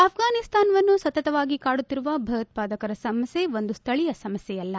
ಆಫ್ರಾನಿಸ್ತಾನವನ್ನು ಸತತವಾಗಿ ಕಾಡುತ್ತಿರುವ ಭಯೋತ್ಪಾದಕರ ಸಮಸ್ಥೆ ಒಂದು ಸ್ವಳೀಯ ಸಮಸ್ಥೆಯಲ್ಲ